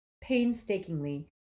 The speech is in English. Painstakingly